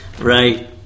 Right